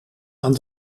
aan